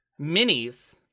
minis